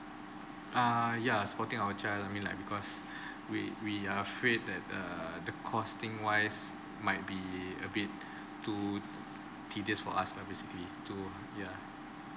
err ya supporting our child I mean like because we we are afraid that err the costing wise might be a bit too tedious for us lah basically to yeah